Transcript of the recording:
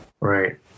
Right